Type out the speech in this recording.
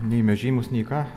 nei mes žymūs nei ką